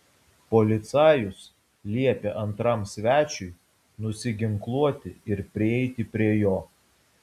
policajus liepė antram svečiui nusiginkluoti ir prieiti prie jo